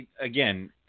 again